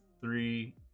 three